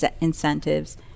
incentives